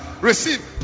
Receive